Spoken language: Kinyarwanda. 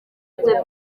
byo